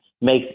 makes